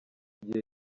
gihe